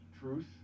truth